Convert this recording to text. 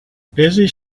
busy